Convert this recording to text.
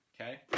okay